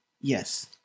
Yes